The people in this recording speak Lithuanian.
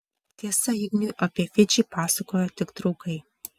tiesa ignui apie fidžį pasakojo tik draugai